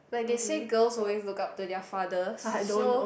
like they say girls always look up to their fathers so